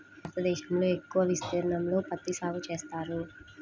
భారతదేశంలో ఎక్కువ విస్తీర్ణంలో పత్తి సాగు చేస్తారు